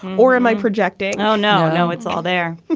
or am i projecting? oh, no, no, it's all there.